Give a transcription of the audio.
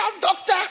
doctor